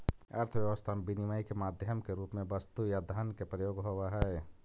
अर्थव्यवस्था में विनिमय के माध्यम के रूप में वस्तु या धन के प्रयोग होवऽ हई